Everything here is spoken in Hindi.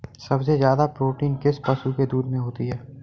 सबसे ज्यादा प्रोटीन किस पशु के दूध में होता है?